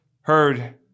heard